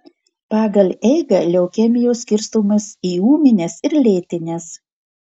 pagal eigą leukemijos skirstomos į ūmines ir lėtines